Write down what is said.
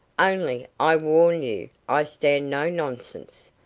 only i warn you i stand no nonsense.